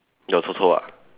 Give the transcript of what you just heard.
your chou chou ah